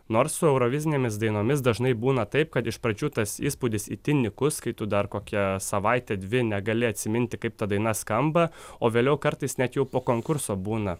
nors su eurovizinėmis dainomis dažnai būna taip kad iš pradžių tas įspūdis itin nykus kai tu dar kokią savaitę dvi negali atsiminti kaip ta daina skamba o vėliau kartais net jau po konkurso būna